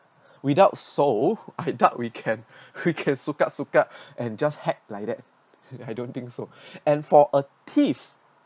without so I doubt we can we can suka suka and just hacked like that I don't think so and for a thief